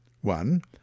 One